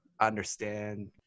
understand